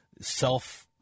self